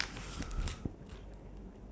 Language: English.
wearing black shirt